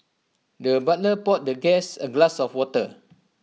the butler poured the guest A glass of water